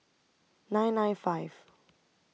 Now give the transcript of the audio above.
nine nine five